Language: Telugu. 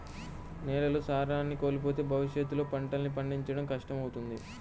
నేలలు సారాన్ని కోల్పోతే భవిష్యత్తులో పంటల్ని పండించడం కష్టమవుతుంది